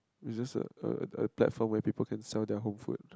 it's just a a platform where people can sell their home food